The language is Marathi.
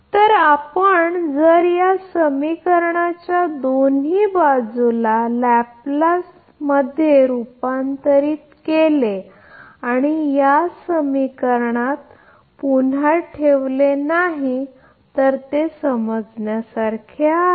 तर आपण जर या समीकरणाच्या दोन्ही बाजूला लॅप्लेस रूपांतरण केले आणि आणि या समीकरणात किंवा पुन्हा ठेवले नाही ते समजण्यासारखे आहे